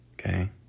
okay